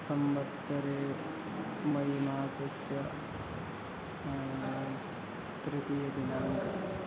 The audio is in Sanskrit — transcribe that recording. संवत्सरे मै मासस्य तृतीयदिनाङ्कः